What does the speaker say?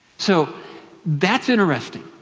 so that's interesting.